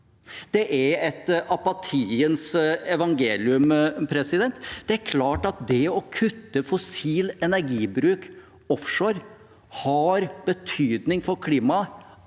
Det er et apatiens evangelium. Det er klart at det å kutte fossil energibruk offshore har betydning for klimaet,